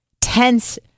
tense